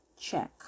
check